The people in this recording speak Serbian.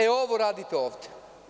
E ovo radite ovde.